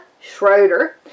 Schroeder